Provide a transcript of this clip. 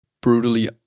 brutally